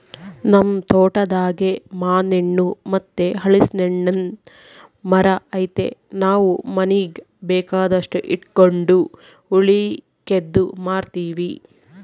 ನಮ್ ತೋಟದಾಗೇ ಮಾನೆಣ್ಣು ಮತ್ತೆ ಹಲಿಸ್ನೆಣ್ಣುನ್ ಮರ ಐತೆ ನಾವು ಮನೀಗ್ ಬೇಕಾದಷ್ಟು ಇಟಗಂಡು ಉಳಿಕೇದ್ದು ಮಾರ್ತೀವಿ